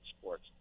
sports